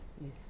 Yes